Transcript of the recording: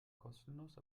kostenlos